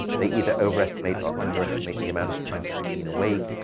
they either overestimate or underestimate the amount of time that you've been awake.